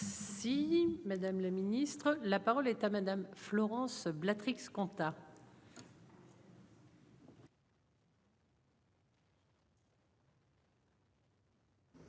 Si Madame la Ministre. La parole est à Madame, Florence. Trix compta.